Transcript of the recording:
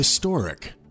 Historic